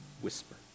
whisper